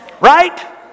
Right